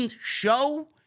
show